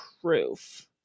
proof